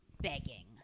begging